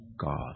God